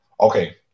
Okay